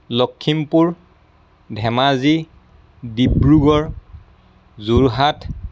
Lakhimpur Dhemaji Dibrugarh Jorhat